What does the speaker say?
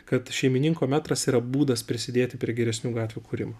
kad šeimininko metras yra būdas prisidėti prie geresnių gatvių kūrimo